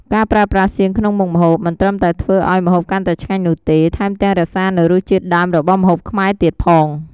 ការប្រើប្រាស់សៀងក្នុងមុខម្ហូប មិនត្រឹមតែធ្វើឱ្យម្ហូបកាន់តែឆ្ងាញ់នោះទេ ថែមទាំងថែរក្សានូវរសជាតិដើមរបស់ម្ហូបខ្មែរទៀតផង។